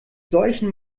solchen